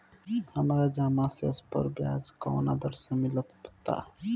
हमार जमा शेष पर ब्याज कवना दर से मिल ता?